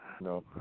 no